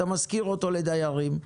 אתה משכיר אותו לדיירים.